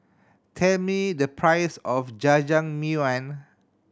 tell me the price of Jajangmyeon